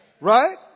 right